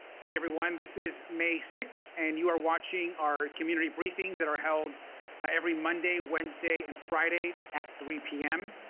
hey everyone this is may six and you are watching our community briefings that are held every monday, wednesday, and friday at three p m.